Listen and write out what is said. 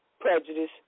prejudice